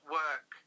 work